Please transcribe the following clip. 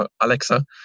Alexa